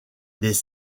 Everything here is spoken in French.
des